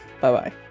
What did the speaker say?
bye-bye